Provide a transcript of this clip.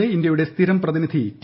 ലെ ഇന്ത്യയുടെ സ്ഥിരം പ്രതിനിധി ടി